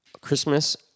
Christmas